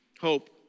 Hope